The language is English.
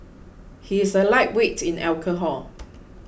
he is a lightweight in alcohol